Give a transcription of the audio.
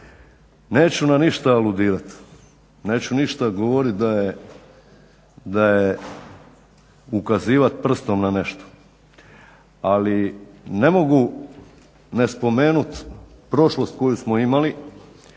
neću na ništa aludirati, neću ništa govoriti i ukazivati prstom u nešto, ali ne mogu ne spomenut prošlost koju smo imali,